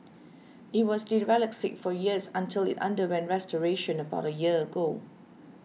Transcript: it was derelict for years until it underwent restoration about a year ago